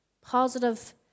positive